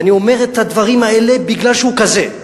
ואני אומר את הדברים האלה בגלל שהוא כזה,